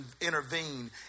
intervene